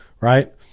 right